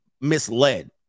misled